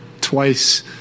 twice